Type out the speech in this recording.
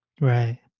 Right